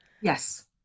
Yes